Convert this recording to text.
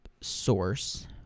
source